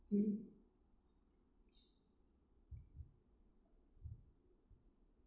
mm